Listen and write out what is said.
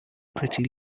pretty